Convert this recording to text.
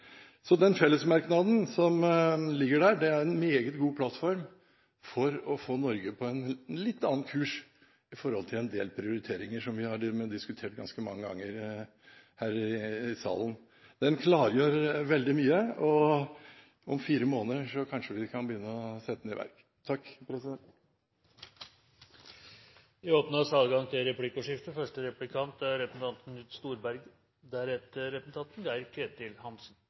Så den fellesmerknaden som ligger der, er en meget god plattform for å få Norge på en litt annen kurs når det gjelder en del prioriteringer som vi har diskutert ganske mange ganger her i salen. Den klargjør veldig mye, og om fire måneder kan vi forhåpentligvis begynne å sette den i verk. Det blir replikkordskifte. Det er med undring jeg hørte innlegget fra Høyre nå – ser vi realiteten i øynene, og har vi forberedt oss godt nok? Det er